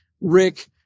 Rick